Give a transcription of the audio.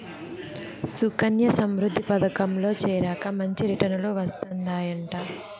సుకన్యా సమృద్ధి పదకంల చేరాక మంచి రిటర్నులు వస్తందయంట